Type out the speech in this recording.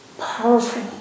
powerful